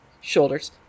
shoulders